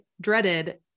dreaded